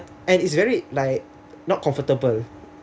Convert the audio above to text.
and it's very like not comfortable